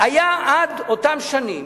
היה עד אותן שנים